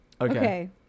Okay